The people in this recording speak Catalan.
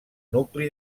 nucli